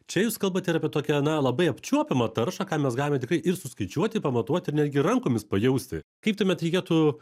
čia jūs kalbate ir apie tokią na labai apčiuopiamą taršą ką mes galime tikrai ir suskaičiuoti pamatuoti ir netgi rankomis pajausti kaip tuomet reikėtų